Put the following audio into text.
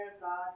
God